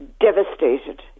devastated